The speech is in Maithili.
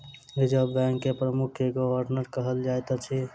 रिजर्व बैंक के प्रमुख के गवर्नर कहल जाइत अछि